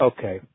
Okay